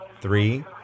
Three